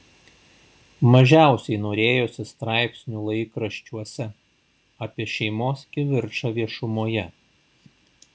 mažiausiai norėjosi straipsnių laikraščiuose apie šeimos kivirčą viešumoje